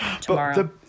tomorrow